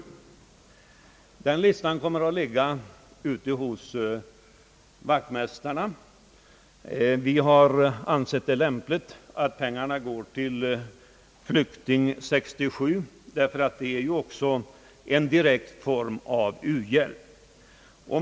Listan kommer att ligga ute hos vaktmästarna. Vi har ansett det lämpligt att pengarna går till Flykting 67, ty den är också en direkt form av u-hjälp.